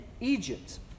Egypt